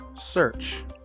Search